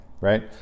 right